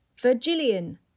Virgilian